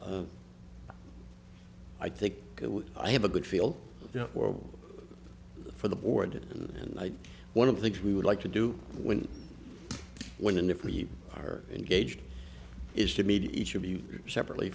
i think i have a good feel for for the board and i think one of the things we would like to do when when and if we are engaged is to meet each of you separately